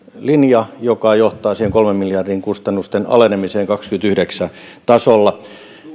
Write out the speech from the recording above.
linja joka johtaa siihen kolmen miljardin kustannusten alenemiseen kahdenkymmenenyhdeksän tasolla